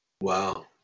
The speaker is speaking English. Wow